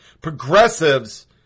progressives